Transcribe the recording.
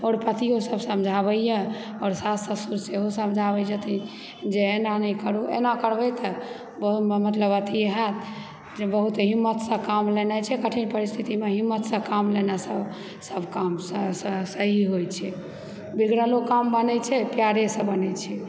आओर पतियोसभ समझाबयए आओर साउस ससुर सेहो समझाबैत छथिन जे एना नहि करु एना करबै तऽ मतलब अथी होयत जे बहुत हिम्मतसे काम लेनाइ छै कठिन परिस्थितिमे हिम्मत से काम लेनेसँ सभ काम सही होइत छै बिगड़लो काम बनय छै प्यारेसँ बनैत छै